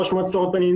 ראש מועצת אורנית,